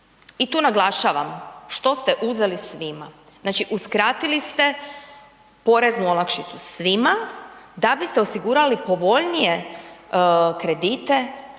I tu naglašavam što ste uzeli svima. Znači, uskratili ste poreznu olakšicu svima da bi ste osigurali povoljnije kredite